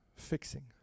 Fixing